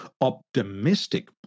optimistic